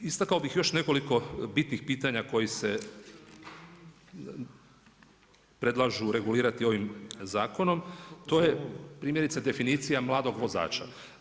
Istakao bih još nekoliko bitnih pitanja koji se predlažu regulirati ovim zakonom to je primjerice definicija mladog vozača.